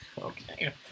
Okay